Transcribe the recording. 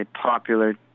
popular